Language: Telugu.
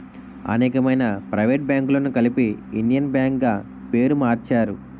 అనేకమైన ప్రైవేట్ బ్యాంకులను కలిపి ఇండియన్ బ్యాంక్ గా పేరు మార్చారు